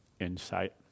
insight